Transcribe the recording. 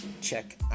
check